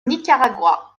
nicaragua